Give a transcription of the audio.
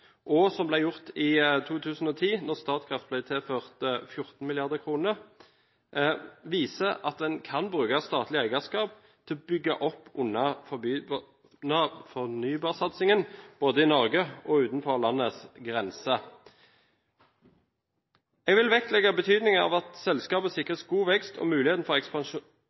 og i 2010, da Statkraft ble tilført 14 mrd. kr, viser at en kan bruke statlig eierskap til å bygge opp under fornybarsatsingen både i Norge og utenfor landets grenser. Jeg vil vektlegge betydningen av at selskapet sikres god vekst og muligheten for ekspansjon,